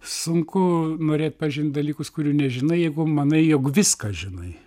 sunku norėt pažint dalykus kurių nežinai jeigu manai jog viską žinai